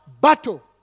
battle